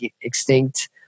extinct